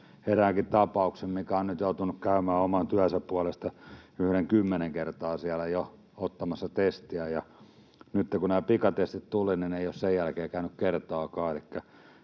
eräänkin tapauksen, joka on nyt joutunut käymään oman työnsä puolesta yhden kymmenen kertaa jo ottamassa testiä, ja nytten kun nämä pikatestit tuli, niin ei ole sen jälkeen käynyt kertaakaan.